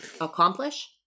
accomplish